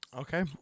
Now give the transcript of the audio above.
Okay